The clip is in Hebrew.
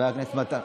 פה, פה.